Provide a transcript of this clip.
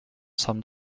some